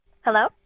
Hello